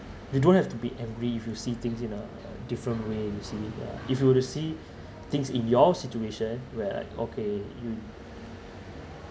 you don't have to be angry if you see things in a different way you see ya if you were to see things in your situation where like okay you